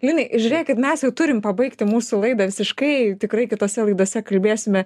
linai žiūrėkit mes jau turim pabaigti mūsų laidą visiškai tikrai kitose laidose kalbėsime